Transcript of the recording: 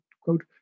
quote